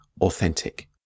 authentic